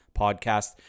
podcast